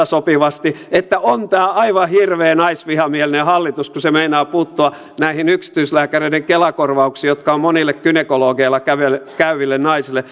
sopivasti että on tämä aivan hirveä naisvihamielinen hallitus kun se meinaa puuttua näihin yksityislääkäreiden kela korvauksiin jotka ovat monille gynekologeilla käyville käyville naisille